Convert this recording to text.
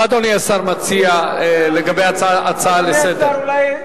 מה אדוני השר מציע לגבי ההצעה לסדר-היום?